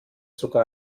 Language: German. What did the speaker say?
sogar